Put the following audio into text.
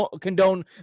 condone